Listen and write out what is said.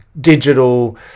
digital